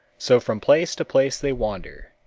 so from place to place they wander,